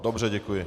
Dobře, děkuji.